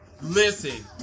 Listen